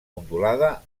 ondulada